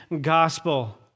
gospel